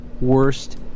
worst